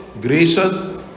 gracious